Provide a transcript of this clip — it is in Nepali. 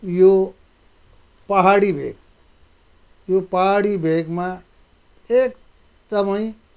यो पाहाडी भेग यो पाहाडी भेगमा एकदमै